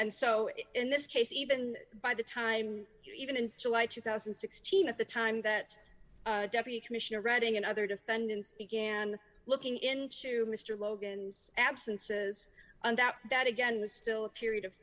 and so in this case even by the time even in july two thousand and sixteen at the time that deputy commissioner reading and other defendants began looking into mr logan's absences and that that again was still a period of